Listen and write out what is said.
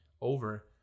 over